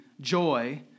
joy